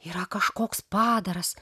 yra kažkoks padaras